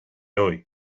hoy